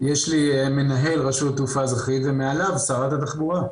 יש לי מנהל רשות התעופה האזרחית ומעליו שרת התחבורה.